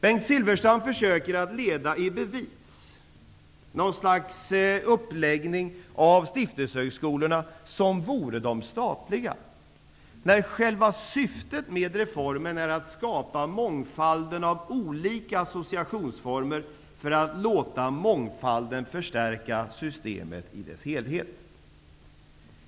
Bengt Silfverstrand försöker att leda i bevis något slags uppläggning av stiftelsehögskolorna som vore de statliga, när själva syftet med reformen är att skapa många olika associationsformer och låta mångfalden förstärka systemet i dess helhet.